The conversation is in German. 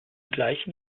gleichen